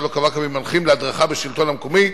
לא קבע קווים מנחים להדרכה בשלטון המקומי,